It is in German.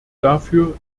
dafür